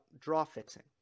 draw-fixing